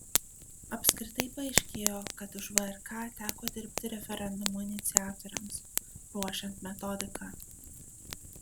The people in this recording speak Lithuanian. apskritai paaiškėjo kad už vrk teko dirbti referendumo iniciatoriams ruošiant metodiką